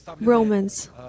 Romans